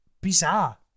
Bizarre